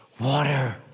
water